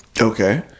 Okay